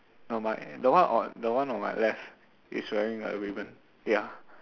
no my the one on the one on my left is wearing a ribbon ya